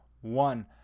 one